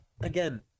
again